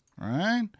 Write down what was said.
right